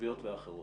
מחשוביות ואחרות.